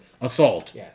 assault